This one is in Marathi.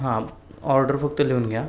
हां ऑर्डर फक्त लिहून घ्या